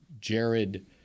Jared